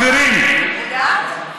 בגלל זה יש לכם חמישה מנדטים.